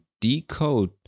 decode